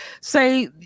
say